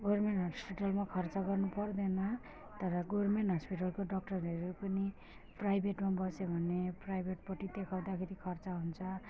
government हस्पिटलमा खर्च गर्नुपर्दैन तर गभर्मेन्ट हस्पिटलको डक्टरहरू पनि प्राइभेटमा बस्यो भने प्राइभेटपट्टि देखाउँदाखेरि खर्च हुन्छ